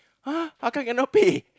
!huh! how come cannot pay